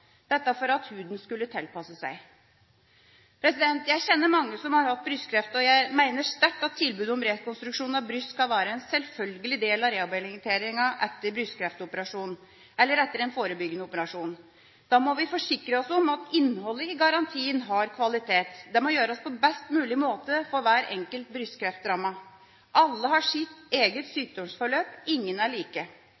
dette for at huden skulle tilpasse seg. Jeg kjenner mange som har hatt brystkreft, og jeg mener sterkt at tilbudet om rekonstruksjon av bryst skal være en selvfølgelig del av rehabiliteringa etter brystkreftoperasjon, eller etter en forebyggende operasjon. Da må vi forsikre oss om at innholdet i garantien har kvalitet. Det må gjøres på best mulig måte for hver enkelt brystkreftrammede. Alle har sitt eget